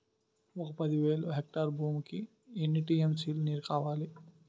ఒక పది వేల హెక్టార్ల భూమికి ఎన్ని టీ.ఎం.సీ లో నీరు కావాలి?